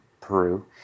Peru